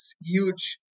huge